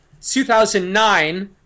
2009